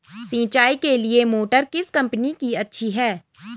सिंचाई के लिए मोटर किस कंपनी की अच्छी है?